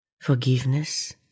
forgiveness